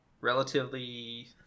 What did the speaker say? relatively